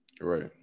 Right